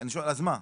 אז מה?